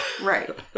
Right